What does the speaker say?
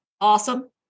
Awesome